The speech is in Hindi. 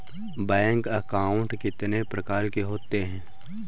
बैंक अकाउंट कितने प्रकार के होते हैं?